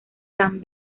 san